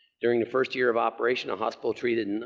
during the first year of operation, the hospital treated and